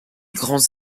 grands